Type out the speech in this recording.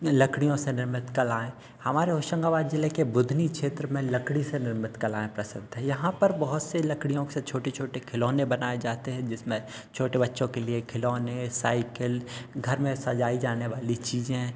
लकड़ियों से निर्मित कलाएँ हमारे होशन्गाबाद ज़िले के बुधनी क्षेत्र में लकड़ी से निर्मित कलाएँ प्रसिद्ध हैं यहाँ पर बहुत सी लकड़ियों से छोटे छोटे खिलौने बनाए जाते हैं जिसमें छोटे बच्चों के लिए खिलौने साइकिल घर में सजाई जाने वाली चीज़ें